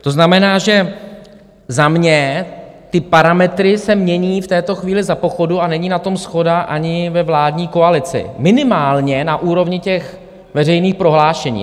To znamená, že za mě ty parametry se mění v této chvíli za pochodu, a není na tom shoda ani ve vládní koalici, minimálně na úrovni těch veřejných prohlášení.